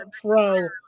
Pro